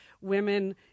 women